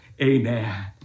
amen